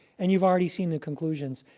and you've already seen the conclusions.